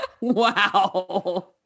Wow